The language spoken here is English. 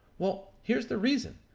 well, here's the reason.